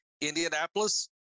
indianapolis